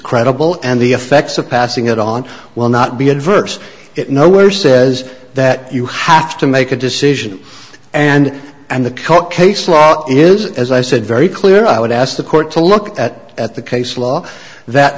credible and the effects of passing it on will not be adverse it nowhere says that you have to make a decision and and the coke case law is as i said very clear i would ask the court to look at at the case law that